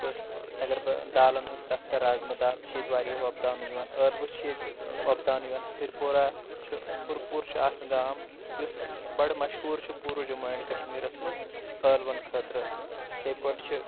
یِتھ پٲٹھۍ اگر بہٕ دالن ہٕنٛز کتھ کرٕ رازما دال چھِ ییٚتہِ واریاہ وۄپداونہٕ یِوان ٲلوٕ چھِ ییٚتہِ وۄپداونہٕ یوان ہرپورا ہرپوٗر چھُ اکھ گام یُس بڑٕ مشہوٗر چھُ پوٗرٕ جموں اینڈ کشمیٖرس منٛز ٲلون خٲطرٕ اِتھے پٲٹھۍ چھ